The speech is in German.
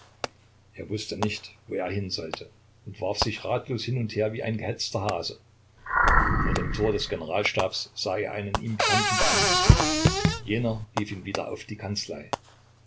er wußte nicht wo er hin sollte und warf sich ratlos hin und her wie ein gehetzter hase vor dem tor des generalstabs sah er einen ihm bekannten beamten jener rief ihn wieder auf die kanzlei